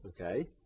Okay